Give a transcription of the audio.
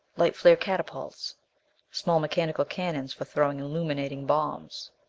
light flare catapults small mechanical cannons for throwing illuminating bombs.